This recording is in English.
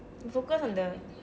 you focus on the